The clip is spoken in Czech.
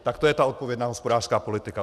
Tak to je ta odpovědná hospodářská politika.